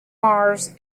mars